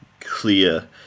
clear